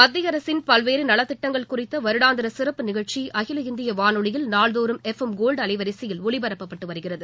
மத்திய அரசின் பல்வேறு நலத் திட்டங்கள் குறித்த வருடாந்திர சிறப்பு நிகழ்ச்சி அகில இந்திய வானொலியில் நாள்தோறும் எஃப் எம் கோல்டு அலைவரிசையில் ஒலிபரப்பப்பட்டு வருகிறது